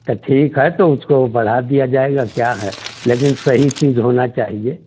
तो ठीक है तो उसको बढ़ा दिया जाएगा क्या है लेकिन सही चीज होना चाहिए